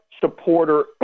supporter